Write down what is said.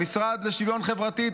במשרד לשוויון חברתי,